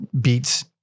beats